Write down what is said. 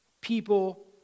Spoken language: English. people